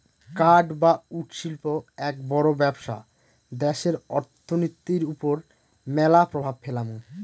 কাঠ বা উড শিল্প এক বড় ব্যবসা দ্যাশের অর্থনীতির ওপর ম্যালা প্রভাব ফেলামু